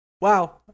Wow